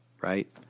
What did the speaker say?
right